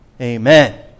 amen